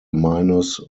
minus